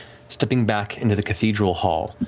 stepping back into the cathedral hall,